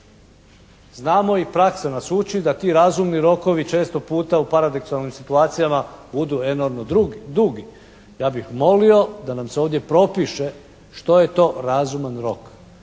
Znamo i praksa nas uči da ti razumni rokovi često puta u paradoksalnim situacijama budu enormno dugi. Ja bih molio da nam se ovdje propiše što je to razuman rok.